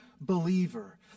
believer